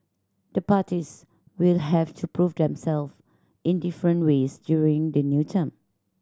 the parties will have to prove themself in different ways during the new term